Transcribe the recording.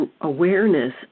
awareness